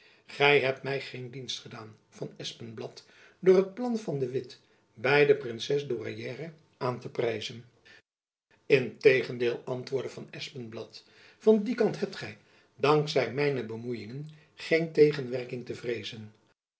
gy hebt my geen dienst gedaan van espenblad door dat plan van de witt by de princes douairière aan te prijzen integendeel antwoordde van espenblad van dien kant hebt gy dank zij mijne bemoejingen geen tegenwerking te vreezen